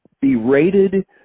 berated